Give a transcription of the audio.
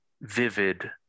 vivid